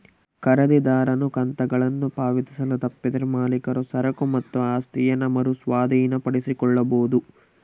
ಖರೀದಿದಾರನು ಕಂತುಗಳನ್ನು ಪಾವತಿಸಲು ತಪ್ಪಿದರೆ ಮಾಲೀಕರು ಸರಕು ಮತ್ತು ಆಸ್ತಿಯನ್ನ ಮರು ಸ್ವಾಧೀನಪಡಿಸಿಕೊಳ್ಳಬೊದು